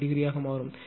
078 ° ஆக மாறும்